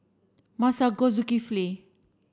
Masagos Zulkifli